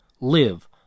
live